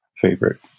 favorite